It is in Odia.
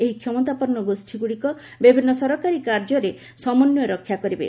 ଏହି କ୍ଷମତାପନ୍ନ ଗୋଷ୍ଠୀଗୁଡ଼ିକ ବିଭିନ୍ନ ସରକାରୀ କାର୍ଯ୍ୟରେ ସମନ୍ୱୟ ରକ୍ଷା କରିବେ